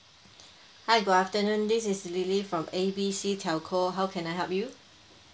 hi good afternoon this is lily from A B C telco how can I help you